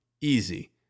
easy